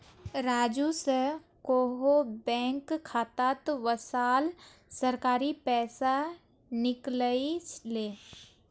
राजू स कोहो बैंक खातात वसाल सरकारी पैसा निकलई ले